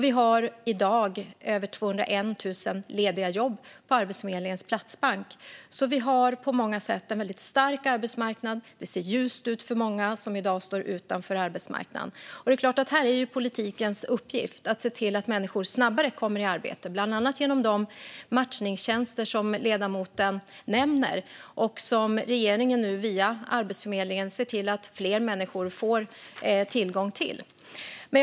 Vi har i dag över 201 000 lediga jobb på Arbetsförmedlingens platsbank. Vi har på många sätt en väldigt stark arbetsmarknad. Det ser ljust ut för många som i dag står utanför arbetsmarknaden. Här är politikens uppgift att se till att människor snabbare kommer i arbete, bland annat genom de matchningstjänster som ledamoten nämner. Regeringen ser nu via Arbetsförmedlingen till att fler människor får tillgång till dem.